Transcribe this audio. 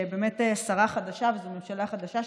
ובאמת זו שרה חדשה וממשלה חדשה,